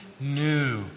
new